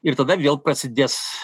ir tada vėl prasidės